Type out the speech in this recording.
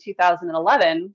2011